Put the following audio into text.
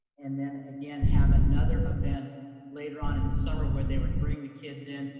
and then again have another event later on in the summer where they would bring the kids in,